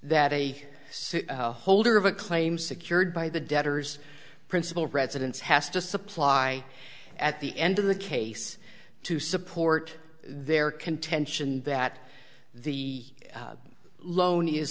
that a holder of a claim secured by the debtors principal residence has to supply at the end of the case to support their contention that the loan is